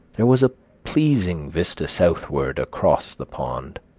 there was a pleasing vista southward across the pond,